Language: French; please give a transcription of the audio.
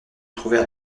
trouvait